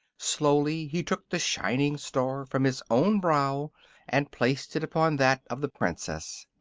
slowly he took the shining star from his own brow and placed it upon that of the princess.